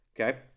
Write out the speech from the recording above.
Okay